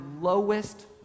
lowest